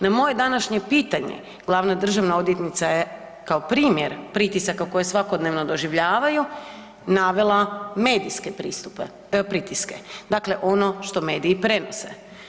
No moje današnje pitanje glavna državna odvjetnica je kao primjer pritisaka koje svakodnevno doživljavaju navela medijske pritiske, dakle ono što mediji prenose.